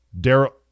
Daryl